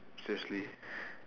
seriously